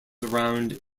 around